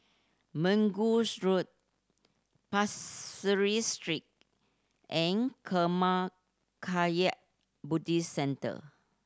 Mergui Road Pasir Ris Street and Karma Kagyud Buddhist Centre